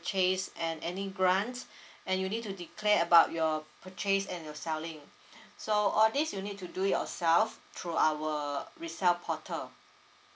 chase and any grants and you need to declare about your purchase and your selling so all this you need to do yourself through our resell portal